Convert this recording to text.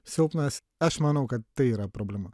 silpnas aš manau kad tai yra problema